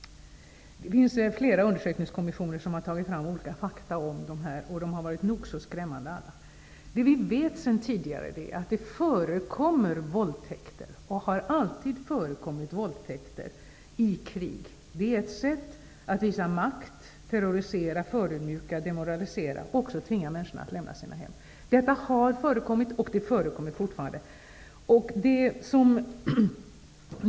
Flera undersökningskommissioner har tagit fram olika fakta. De har varit nog så skrämmande. Vi vet sedan tidigare att det förekommer, och alltid har förekommit, våldtäkter i krig. Det är ett sätt att visa makt, att terrorisera, förödmjuka och demoralisera och att tvinga människor att lämna sina hem. Det har förekommit, och det förekommer fortfarande.